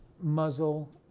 muzzle